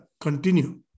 continue